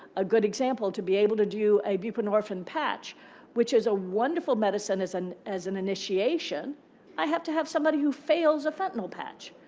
a good example, to be able to do a buprenorphine patch which is a wonderful medicine as and as an initiation i have to have somebody who fails a fentanyl patch,